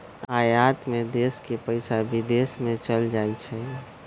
आयात में देश के पइसा विदेश में चल जाइ छइ